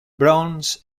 bronze